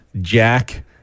Jack